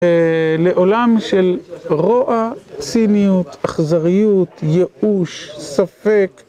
לעולם של רוע, ציניות, אכזריות, ייאוש, ספק.